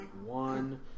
One